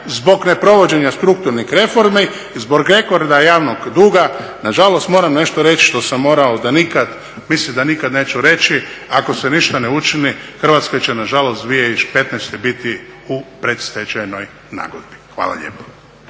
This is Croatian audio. zbog neprovođenja strukturnih reformi, zbog rekorda javnog duga nažalost moram nešto reći što sam mislio da nikada neću reći, ako se ništa ne učini Hrvatska će nažalost 2015.biti u predstečajnoj nagodbi. Hvala lijepa.